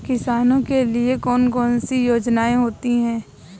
किसानों के लिए कौन कौन सी योजनायें होती हैं?